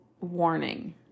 Warning